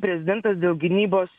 prezidentas dėl gynybos